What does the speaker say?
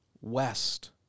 west